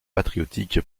patriotique